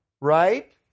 right